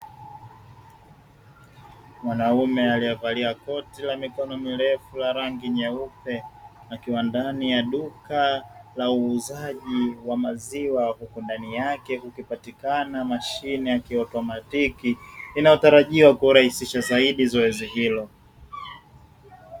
Mwanaume alievalia koti la mikono mirefu la rangi nyeupe, akiwa ndani ya duka la uuzaji wa maziwa huku ndani yake kukipatikana mashine ya kiotomatiki inayotarajiwa kurahisisha zaidi zoezi hilo.